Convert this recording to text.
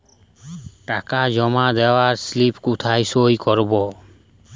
টাকা জমা দেওয়ার স্লিপে কোথায় সই করব?